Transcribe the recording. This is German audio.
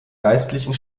geistlichen